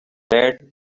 red